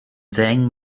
ddeng